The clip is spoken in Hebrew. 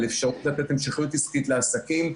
על אפשרות לתת המשכיות עסקית לעסקים,